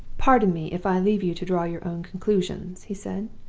pardon me if i leave you to draw your own conclusions he said.